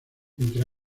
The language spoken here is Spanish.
entre